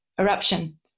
eruption